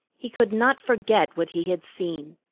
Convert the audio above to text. he could not forget what he had seen.